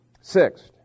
Sixth